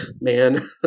man